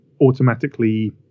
automatically